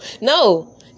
No